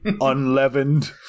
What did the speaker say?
Unleavened